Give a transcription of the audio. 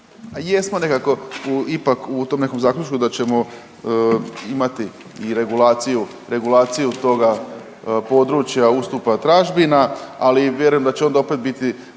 jesmo nekako ipak u tom nekom zaključku da ćemo imati i regulaciju toga područja, ustupa tražbina, ali vjerujem da će onda opet biti